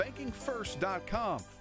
BankingFirst.com